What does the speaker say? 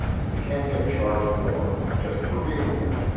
and you can't get charged more just for being a woman.